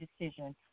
decision